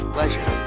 Pleasure